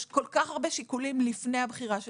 ישנם כל כך הרבה שיקולים לפני הבחירה של